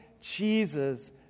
Jesus